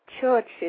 churches